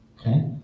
Okay